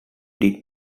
did